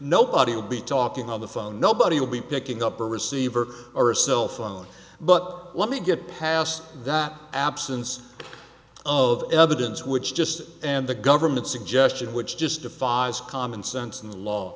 nobody will be talking on the phone nobody will be picking up a receiver or a cell phone but let me get past that absence of evidence which just and the government suggestion which just defies common sense in the law